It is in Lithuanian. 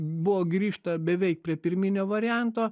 buvo grįžta beveik prie pirminio varianto